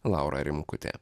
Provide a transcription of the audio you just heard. laura rimkutė